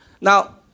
Now